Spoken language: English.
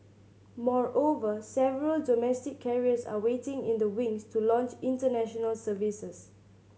moreover several domestic carriers are waiting in the wings to launch international services